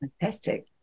Fantastic